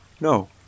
No